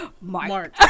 Mark